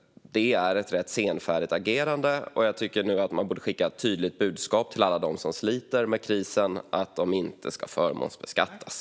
Det är ett ganska senfärdigt agerande. Man borde skicka ett tydligt budskap till alla dem som sliter med krisen om att de inte ska förmånsbeskattas.